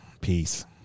Peace